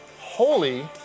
holy